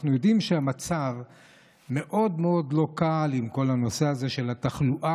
אנחנו יודעים שהמצב מאוד מאוד לא קל עם כל הנושא הזה של התחלואה,